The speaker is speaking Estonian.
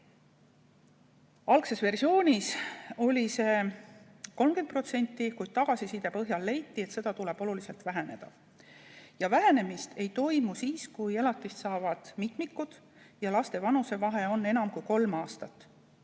Algses versioonis oli see 30%, kuid tagasiside põhjal leiti, et seda tuleb oluliselt vähendada. Elatist ei vähendata siis, kui elatist saavad mitmikud ja laste vanusevahe on enam kui kolm aastat.